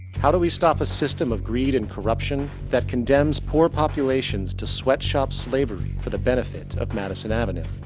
how do we stop a system of greed and corruption that condemns poor populations to sweatshop-slavery for the benefit of madison avenue?